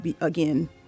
again